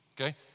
okay